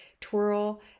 Twirl